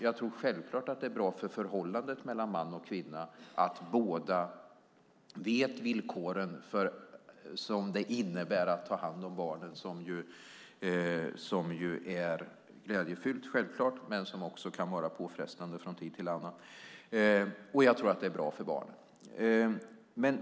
Det är självklart bra för förhållandet mellan man och kvinna att båda vet de villkor som det innebär att ta hand om barnen, vilket självklart är glädjefyllt men också kan vara påfrestande från tid till annan. Och jag tror att det är bra för barnen.